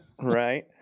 right